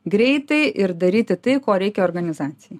greitai ir daryti tai ko reikia organizacijai